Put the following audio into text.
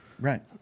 Right